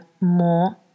more